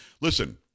Listen